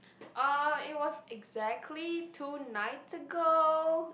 uh it was exactly two nights ago